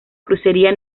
crucería